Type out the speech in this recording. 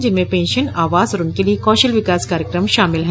जिनमें पेशंन आवास और उनके लिए कौशल विकास कार्यक्रम शामिल हैं